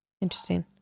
Interesting